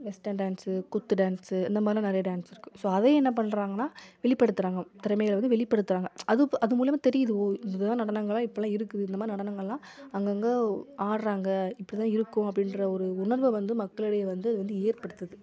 western dance குத்து dance இந்த மாதிரிலாம் நிறைய டான்ஸ் இருக்குது ஸோ அது என்ன பண்ணுறாங்கனா வெளிப்படுத்துகிறாங்க திறமைகளை வந்து வெளிப்படுத்துகிறாங்க அது அது மூலிமா தெரியுது ஓ இது தான் நடனங்கள்லாம் இப்படிலாம் இருக்குது இந்த மாதிரி நடனங்கள்லாம் அங்கங்கே ஆடுறாங்க இப்படி தான் இருக்கும் அப்படின்ற ஒரு உணர்வை வந்து மக்களிடையே வந்து அது வந்து ஏற்படுத்துது